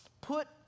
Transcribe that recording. put